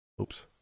Oops